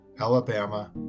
Alabama